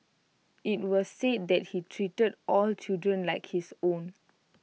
IT was said that he treated all children like his own